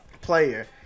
player